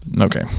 Okay